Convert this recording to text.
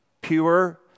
pure